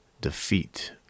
defeat